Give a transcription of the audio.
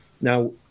Now